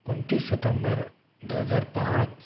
उन्तीस सितंबर दो हजार पाँच